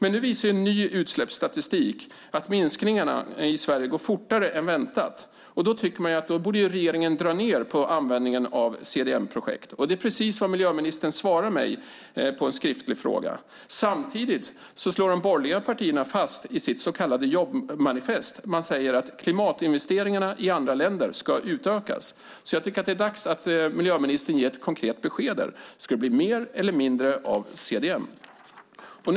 Nu visar en ny utsläppsstatistik att minskningarna i Sverige går fortare än väntat. Då tycker man att regeringen borde dra ned på användningen av CDM-projekt. Det är precis vad miljöministern svarade mig på en skriftlig fråga. Samtidigt slår de borgerliga partierna fast i sitt så kallade jobbmanifest att klimatinvesteringarna i andra länder ska utökas. Det är dags att miljöministern ger ett konkret besked. Ska det bli mer eller mindre av CDM?